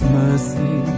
mercy